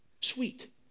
Sweet